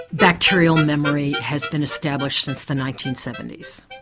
bacterial memory has been established since the nineteen seventy s.